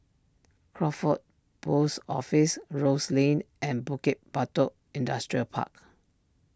Crawford Post Office Rose Lane and Bukit Batok Industrial Park